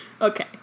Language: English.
Okay